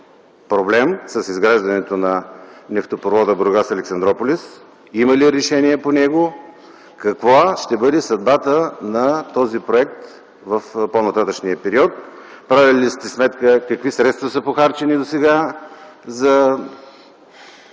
проблема с изграждането на обекта „Бургас – Александруполис”? Има ли решение по него? Каква ще бъде съдбата на този проект в по-нататъшния период? Правили ли сте сметка какви средства са похарчени досега